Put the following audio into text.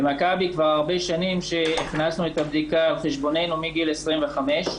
במכבי כבר הרבה שנים שהכנסנו את הבדיקה על חשבוננו מגיל 25,